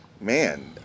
man